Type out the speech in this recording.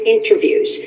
interviews